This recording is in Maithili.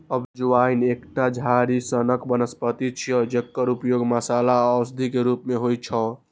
अजवाइन एकटा झाड़ी सनक वनस्पति छियै, जकर उपयोग मसाला आ औषधिक रूप मे होइ छै